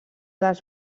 les